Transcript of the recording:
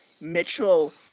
Mitchell